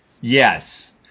Yes